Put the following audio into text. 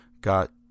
Got